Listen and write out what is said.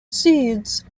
seeds